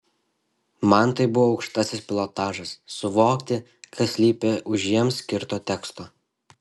man tai buvo aukštasis pilotažas suvokti kas slypi už jiems skirto teksto